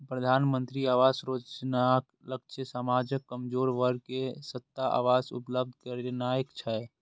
प्रधानमंत्री आवास योजनाक लक्ष्य समाजक कमजोर वर्ग कें सस्ता आवास उपलब्ध करेनाय छै